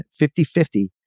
5050